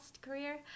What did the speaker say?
career